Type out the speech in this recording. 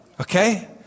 Okay